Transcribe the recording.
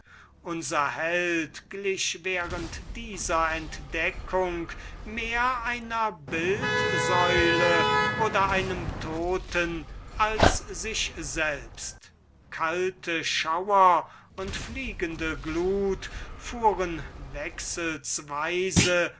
unser held glich während dieser entdeckungen mehr einer bild-säule oder einem toten als sich selbst kalte schauer und fliegende glut fuhren